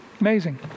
Amazing